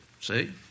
See